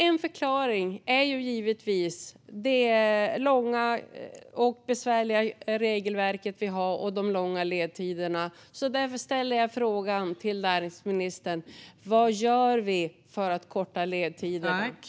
En förklaring är givetvis det besvärliga regelverk och de långa ledtider vi har. Därför ställer jag frågan till näringsministern: Vad gör vi för att korta ledtiderna?